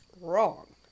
wrong